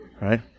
right